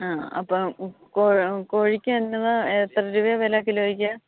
ആ അപ്പം കോഴിയ്ക്ക് എത്ര രൂപയാണ് വില കിലോയ്ക്ക്